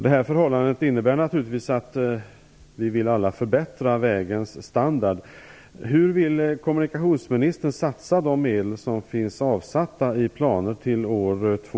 Det förhållandet innebär naturligtvis att vi alla vill förbättra vägens standard.